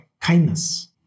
kindness